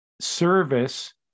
service